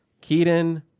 keaton